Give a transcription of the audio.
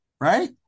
right